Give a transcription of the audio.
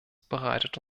bereitet